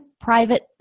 private